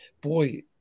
boy